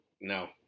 No